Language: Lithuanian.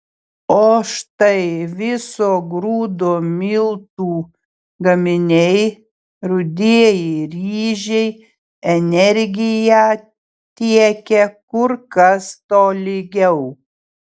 o štai viso grūdo miltų gaminiai rudieji ryžiai energiją tiekia kur kas tolygiau